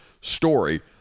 story